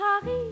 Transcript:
Paris